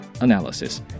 Analysis